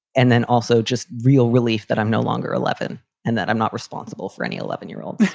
and then also just real relief that i'm no longer eleven and that i'm not responsible for any eleven year old.